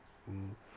mm